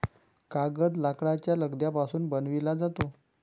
कागद लाकडाच्या लगद्यापासून बनविला जातो